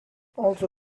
also